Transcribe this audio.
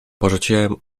porzuciłem